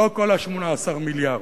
לא כל 18 המיליארד,